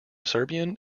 serbian